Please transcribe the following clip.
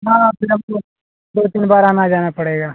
हाँ फिर हमको दो तीन बार आना जाना पड़ेगा